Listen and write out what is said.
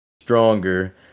stronger